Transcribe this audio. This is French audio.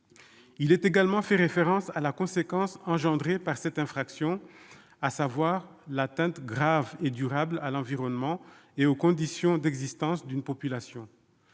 Il est également fait référence aux conséquences de cette infraction, à savoir l'atteinte grave et durable à l'environnement et aux conditions d'existence d'une population.